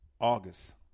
August